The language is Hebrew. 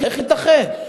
איך ייתכן?